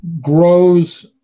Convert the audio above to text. grows